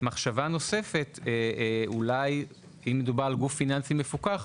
מחשבה נוספת היא: אם מדובר על גוף פיננסי מפוקח,